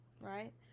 Right